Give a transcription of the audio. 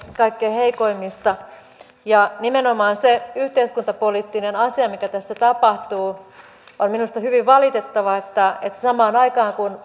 heikoimmista ja nimenomaan sitä yhteiskuntapoliittista asiaa mikä tässä tapahtuu minusta on hyvin valitettavaa että samaan aikaan kun